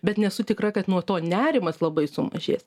bet nesu tikra kad nuo to nerimas labai sumažės